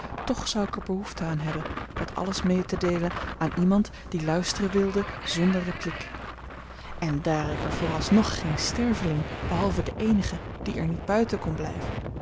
toch zou ik er behoefte aan hebben dat alles mede te deelen aan iemand die luisteren wilde zonder repliek en daar ik er vooralsnog geen sterveling behalve den eenigen die er niet buiten kon blijven